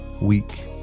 week